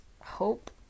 hope